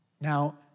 Now